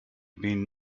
been